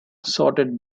sorted